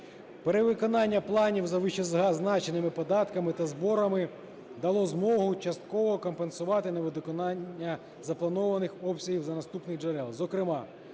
Перевиконання планів за вищезазначеними податками та зборами дало змогу частково компенсувати недовиконання запланованих обсягів з наступних джерел.